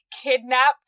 kidnapped